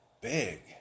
big